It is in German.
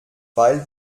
weil